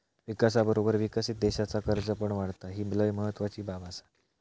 विकासाबरोबर विकसित देशाचा कर्ज पण वाढता, ही लय महत्वाची बाब आसा